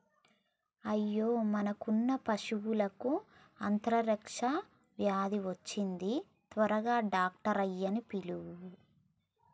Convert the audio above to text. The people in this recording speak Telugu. అయ్యో మనకున్న పశువులకు అంత్రాక్ష వ్యాధి వచ్చింది త్వరగా డాక్టర్ ఆయ్యన్నీ పిలువు